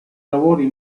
lavori